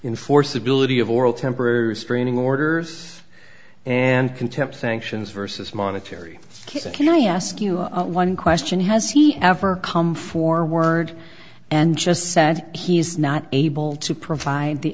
in force ability of oral temporary restraining orders and contempt sanctions versus monetary can i ask you one question has he ever come forward and just said he's not able to provide the